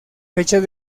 fechas